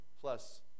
Plus